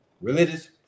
religious